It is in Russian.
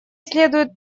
следует